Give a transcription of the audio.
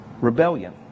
rebellion